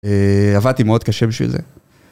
עבדתי מאוד קשה בשביל זה.